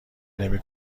نمی